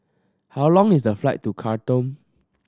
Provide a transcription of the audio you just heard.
how long is the flight to Khartoum